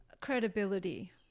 credibility